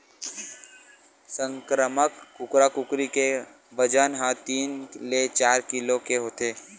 संकरामक कुकरा कुकरी के बजन ह तीन ले चार किलो के होथे